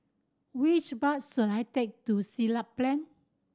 which bus should I take to Siglap Plain